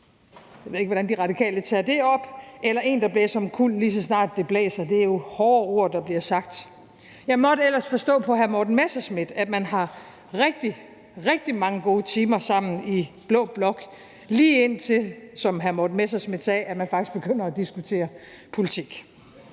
jeg ved ikke, hvordan De Radikale tager det op – eller en, der blæser omkuld, lige så snart det blæser. Det er jo hårde ord, der bliver sagt. Jeg måtte ellers forstå på hr. Morten Messerschmidt, at man har rigtig – rigtig – mange gode timer sammen i blå blok, lige indtil man, som hr. Morten Messerschmidt sagde, faktisk begynder at diskutere politik.